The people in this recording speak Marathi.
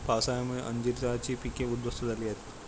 पावसामुळे अंजीराची पिके उध्वस्त झाली आहेत